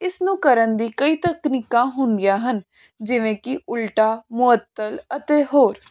ਇਸ ਨੂੰ ਕਰਨ ਦੀ ਕਈ ਤਕਨੀਕਾਂ ਹੁੰਦੀਆਂ ਹਨ ਜਿਵੇਂ ਕਿ ਉਲਟਾ ਮੁਅੱਤਲ ਅਤੇ ਹੋਰ